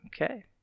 Okay